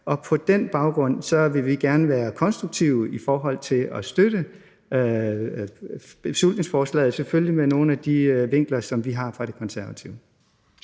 På den baggrund vil vi gerne være konstruktive i forhold til at støtte beslutningsforslaget, selvfølgelig ud fra nogle af de vinkler, som vi har fra konservativ